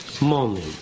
morning